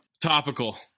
Topical